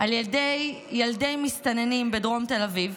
על ידי ילדי מסתננים בדרום תל אביב,